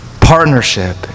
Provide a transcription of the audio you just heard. Partnership